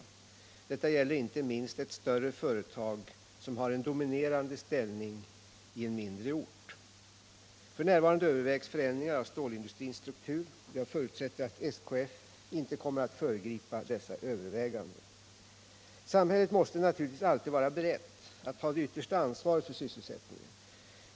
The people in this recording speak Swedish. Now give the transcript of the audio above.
Detta gäller inte minst ett större företag som har en dominerande ställning i en mindre ort. F. n. övervägs förändringar av stålindustrins struktur. Jag förutsätter att SKF inte kommer att föregripa dessa överväganden. Samhället måste naturligtvis alltid vara berett att ta det yttersta ansvaret för sysselsättningen.